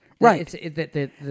Right